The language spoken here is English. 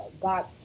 God